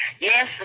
yes